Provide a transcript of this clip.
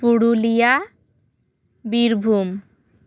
Purulia Birbhum